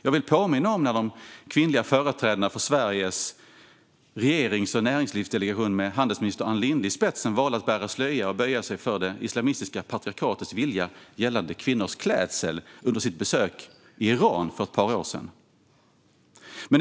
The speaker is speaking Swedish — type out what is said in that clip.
Jag vill påminna om att de kvinnliga företrädarna för Sveriges regerings och näringslivsdelegation, med handelsminister Ann Linde i spetsen, valde att bära slöja och böja sig för det islamistiska patriarkatets vilja gällande kvinnors klädsel under sitt besök i Iran för ett par år sedan.